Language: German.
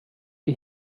die